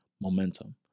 momentum